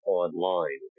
online